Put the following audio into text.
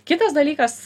kitas dalykas